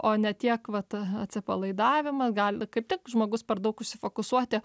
o ne tiek vat atsipalaidavimas gali kaip tik žmogus per daug užsifokusuoti